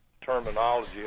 terminology